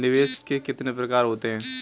निवेश के कितने प्रकार होते हैं?